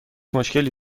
مشکلی